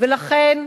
ולכן,